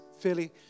fairly